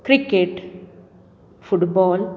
cricket football